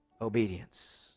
Obedience